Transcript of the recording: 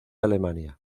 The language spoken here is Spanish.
alemania